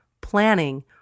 planning